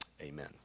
amen